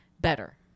better